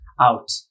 out